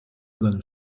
seine